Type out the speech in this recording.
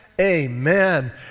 Amen